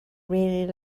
really